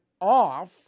off